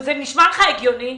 זה נשמע לך הגיוני?